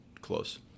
close